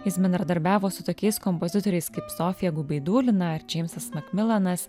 jis bendradarbiavo su tokiais kompozitoriais kaip sofija gubaidūlina ar džeimsas makmilanas